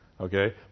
okay